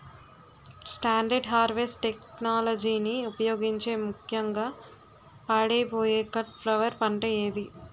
Standard harvest టెక్నాలజీని ఉపయోగించే ముక్యంగా పాడైపోయే కట్ ఫ్లవర్ పంట ఏది?